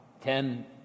ten